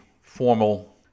formal